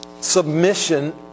submission